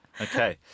Okay